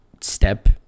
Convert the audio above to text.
step